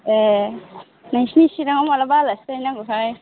ए नोंसिनि चिराङाव मालाबा आलासि जाहैनांगौहाय